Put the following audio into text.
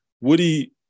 Woody